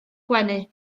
gwenu